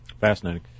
Fascinating